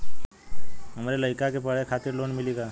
हमरे लयिका के पढ़े खातिर लोन मिलि का?